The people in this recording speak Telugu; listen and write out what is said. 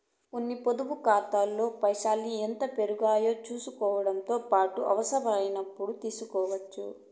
కొన్ని పొదుపు కాతాల్లో పైసల్ని ఎంత పెరిగాయో సూసుకోవడముతో పాటు అవసరమైనపుడు తీస్కోవచ్చు